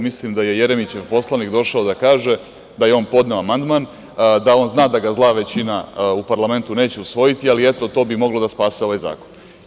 Mislim da je Jeremićev poslanik došao da kaže da je on podneo amandman, da on zna da ga zla većina u parlamentu neće usvojiti, ali, eto, to bi moglo da spase ovaj zakon.